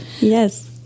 yes